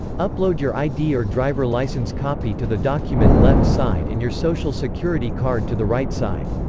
upload your id or driver licence copy to the document left side and your social security card to the right side.